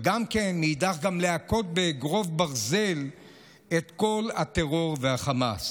ומאידך גם להכות באגרוף ברזל את כל הטרור והחמאס.